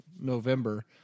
November